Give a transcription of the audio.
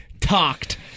talked